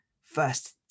first